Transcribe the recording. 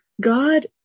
God